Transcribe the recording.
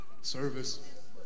service